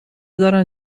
دارن